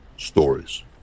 Stories